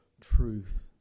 truth